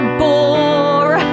bore